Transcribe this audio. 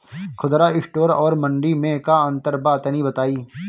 खुदरा स्टोर और मंडी में का अंतर बा तनी बताई?